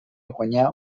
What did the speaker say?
guanyà